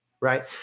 Right